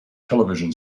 television